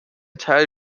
teil